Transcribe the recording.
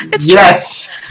Yes